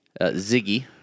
Ziggy